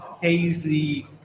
hazy